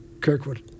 Kirkwood